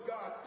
God